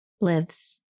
lives